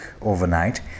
overnight